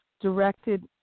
directed